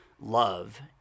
love